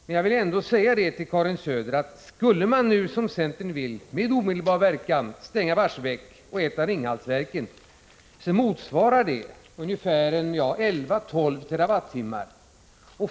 Men jag vill ändå säga till Karin Söder att skulle man nu, som centern vill, med omedelbar verkan stänga Barsebäck och ett av Ringhalsverken, motsvarar det 11-12 terawattimmar.